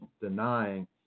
denying